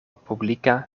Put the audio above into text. publika